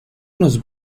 unos